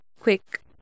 quick